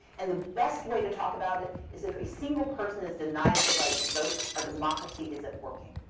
and the best way to talk about it is if a single person is denied the right to vote, our democracy isn't working.